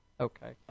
okay